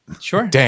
Sure